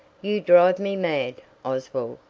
you drive me mad, oswald!